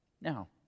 Now